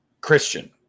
Christian